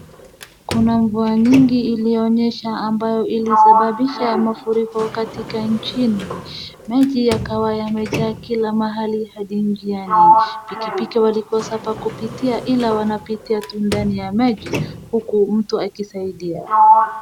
Kuna mvua nyingi iliyonyesha ambayo ilisababisha mafuriko katika nchini. Maji yakawa yamejaa kila mahala hadi njiani, pikipiki walikosapa kupitia ila wanapita tu ndani ya maji huku mtu akisaidia.